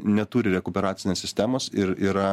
neturi rekuperacinės sistemos ir yra